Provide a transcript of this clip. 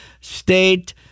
state